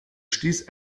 stieß